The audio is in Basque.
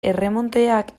erremonteak